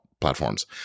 platforms